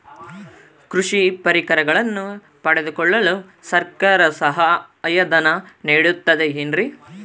ಕೃಷಿ ಪರಿಕರಗಳನ್ನು ಪಡೆದುಕೊಳ್ಳಲು ಸರ್ಕಾರ ಸಹಾಯಧನ ನೇಡುತ್ತದೆ ಏನ್ರಿ?